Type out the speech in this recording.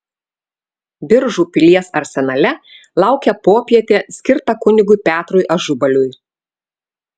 biržų pilies arsenale laukė popietė skirta kunigui petrui ažubaliui